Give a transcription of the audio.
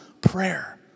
prayer